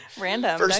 Random